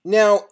now